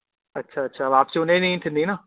अच्छा अच्छा वापसी हुनजे ॾींहं थींदी न